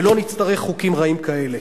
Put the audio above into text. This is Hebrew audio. ולא נצטרך חוקים רעים כאלה.